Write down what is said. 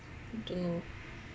don't know